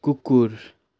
कुकुर